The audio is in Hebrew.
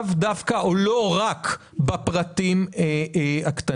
לאו דווקא או לא רק בפרטים הקטנים.